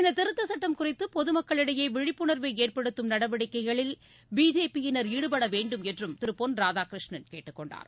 இந்த திருத்த சட்டம் குறித்து பொது மக்களிடையே விழிப்புனர்வை ஏற்படுத்தும் நடவடிக்கைகளில் பிஜேபியினர் ஈடுபட வேண்டுமென்றும் திரு பொன் ராதாகிருஷ்ணன் கேட்டுக் கொண்டார்